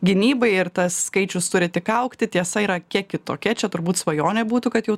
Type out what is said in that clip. gynybai ir tas skaičius turi tik augti tiesa yra kiek kitokia čia turbūt svajonė būtų kad jau